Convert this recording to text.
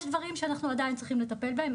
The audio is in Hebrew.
יש דברים שאנחנו עדיין צריכים לטפל בהם,